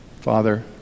Father